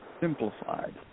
simplified